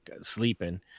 sleeping